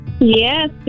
Yes